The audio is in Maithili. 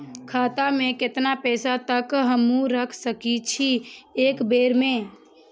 खाता में केतना पैसा तक हमू रख सकी छी एक बेर में?